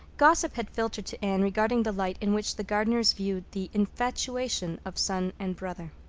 gossip had filtered to anne regarding the light in which the gardners viewed the infatuation of son and brother.